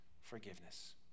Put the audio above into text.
forgiveness